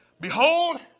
Behold